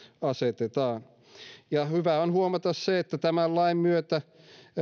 asetetaan hyvä on huomata se että tämän lain myötä